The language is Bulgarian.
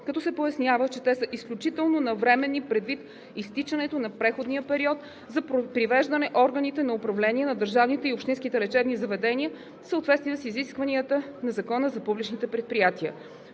като се пояснява, че те са изключително навременни, предвид изтичането на преходния период за привеждане органите на управление на държавните и общинските лечебни заведения в съответствие с изискванията на Закона за публичните предприятия.